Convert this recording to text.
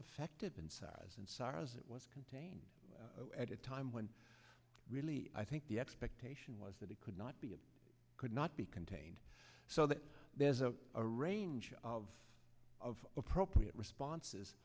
affected in size and sorrows it was contained at a time when really i think the expectation was that it could not be and could not be contained so that there's a a range of of appropriate response